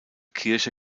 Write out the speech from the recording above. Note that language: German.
kirche